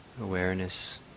Awareness